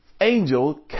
angel